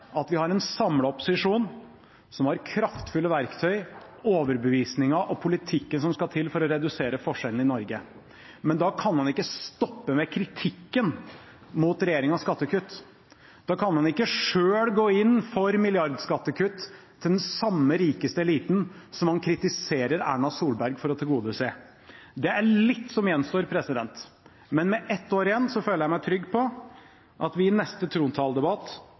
at vi har en samlet opposisjon som har kraftfulle verktøy, overbevisningen og politikken som skal til for å redusere forskjellene i Norge, men da kan man ikke stoppe ved kritikken mot regjeringens skattekutt. Da kan man ikke selv gå inn for milliardskattekutt til den samme rikeste eliten som man kritiserer Erna Solberg for å tilgodese. Det er litt som gjenstår, men med ett år igjen føler jeg meg trygg på at vi i neste trontaledebatt